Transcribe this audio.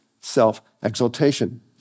self-exaltation